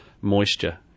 moisture